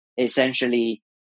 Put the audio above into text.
essentially